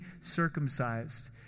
circumcised